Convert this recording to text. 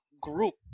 group